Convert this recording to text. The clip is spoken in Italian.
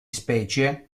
specie